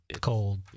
Cold